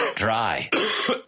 Dry